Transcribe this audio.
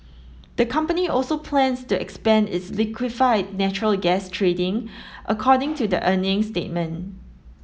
the company also plans to expand its liquefied natural gas trading according to the earnings statement